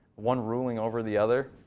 one ruling over the other.